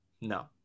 No